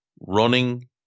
Running